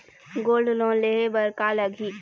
Gold loan लेहे बर का लगही?